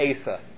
Asa